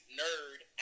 nerd